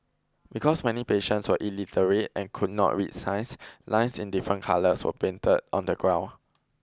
because many patients were illiterate and could not read signs lines in different colours were painted on the ground